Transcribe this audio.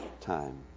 Time